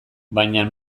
baina